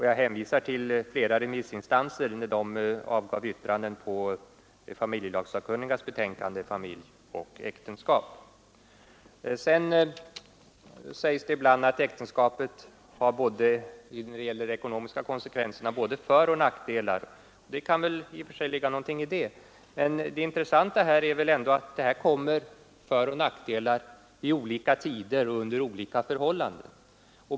Jag hänvisar till flera remissinstanser som yttrade sig över familjelagssakkunnigas betänkande Familj och äktenskap I För det andra: Det sägs ibland att äktenskapet när det gäller de ekonomiska konsekvenserna har både föroch nackdelar. I och för sig kan det ligga någonting i det, men det intressanta här är väl ändå att föroch nackdelar kommer vid olika tider och under olika förhållanden.